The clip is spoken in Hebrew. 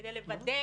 כדי לוודא